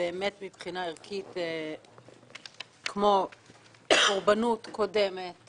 מבחינה ערכית כמו קורבנות קודמת